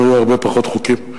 לנו היו הרבה פחות חוקים.